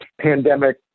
pandemic